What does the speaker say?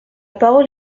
parole